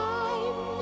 time